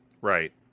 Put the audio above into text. Right